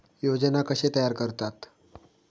योजना कशे तयार करतात?